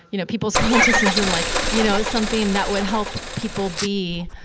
you know, people's consciousness and, like, you know, something that would help people be,